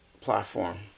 platform